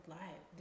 life